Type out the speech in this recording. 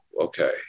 okay